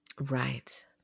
Right